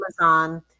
Amazon